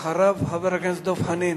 אחריו, חבר הכנסת דב חנין.